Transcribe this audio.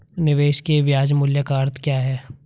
निवेश के ब्याज मूल्य का अर्थ क्या है?